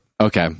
Okay